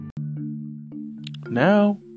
Now